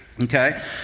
Okay